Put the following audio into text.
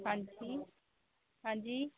ਹਾਂਜੀ ਹਾਂਜੀ